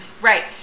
Right